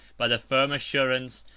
by the firm assurance,